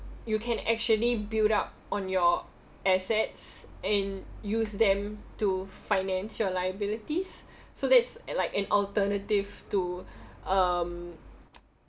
you can actually build up on your assets and use them to finance your liabilities so that's an like an alternative to um